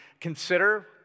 consider